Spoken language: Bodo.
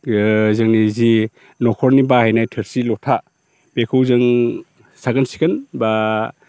जोंनि जि न'खरनि बाहायनाय थोरसि लथा बेखौ जों साखोन सिखोन एबा